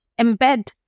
embed